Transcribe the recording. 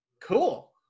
cool